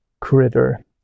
critter